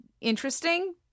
interesting